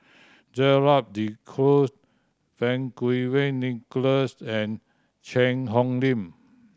Gerald De Cruz Fang Kuo Wei Nicholas and Cheang Hong Lim